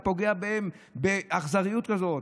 ואתה פוגע בהן באכזריות כזאת.